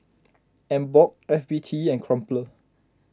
Emborg F B T and Crumpler